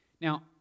Now